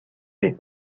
way